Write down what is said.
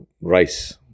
rice